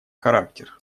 характер